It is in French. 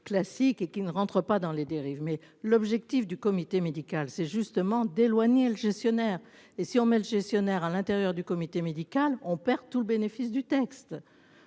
classique et qui ne rentre pas dans les dérives. Mais l'objectif du comité médical c'est justement d'éloigner le gestionnaire et si on met le gestionnaire à l'intérieur du comité médical on perd tout le bénéfice du texte.